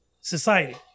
society